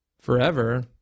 forever